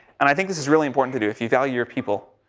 and i think this is really important to do, if you value your people,